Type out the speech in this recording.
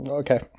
Okay